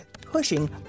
pushing